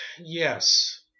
yes